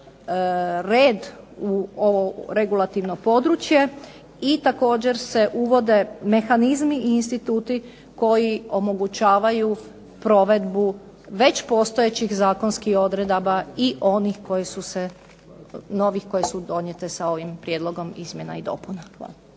red u ovo regulativno područje i također se uvode mehanizmi i instituti koji omogućavaju provedbu već postojećih zakonskih odredaba i onih novih koji su donijete sa ovim prijedlogom izmjena i dopuna. Hvala.